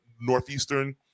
Northeastern